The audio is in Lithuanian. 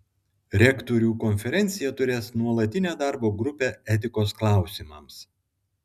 rektorių konferencija turės nuolatinę darbo grupę etikos klausimams